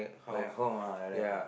like home ah like that ah